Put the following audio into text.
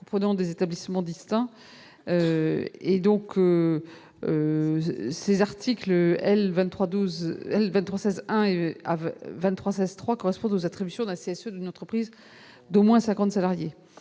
comprenant des établissements distincts. Les articles L. 2316-1 à L. 2316-3 fixent les attributions d'un CSE d'une entreprise d'au moins 50 salariés.